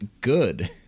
good